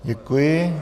Děkuji.